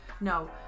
no